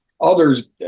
others